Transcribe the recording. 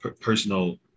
personal